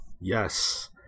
Yes